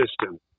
system